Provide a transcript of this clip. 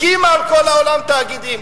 הקימה על כל העולם תאגידים.